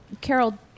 Carol